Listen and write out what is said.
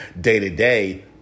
day-to-day